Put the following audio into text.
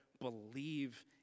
believe